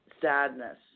sadness